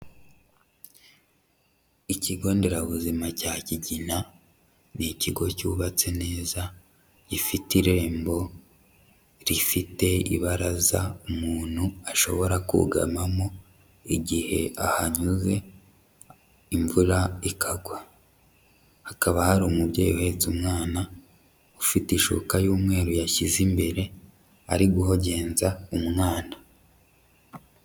Ikigo nderabuzima cya Kigina, ni ikigo cyubatse neza gifite irembo rifite ibaraza umuntu ashobora kugamamo igihe ahanyuze imvura ikagwa, hakaba hari umubyeyi uhetse umwana ufite ishuka y'umweru yashyize imbere ari guhogenza umwana.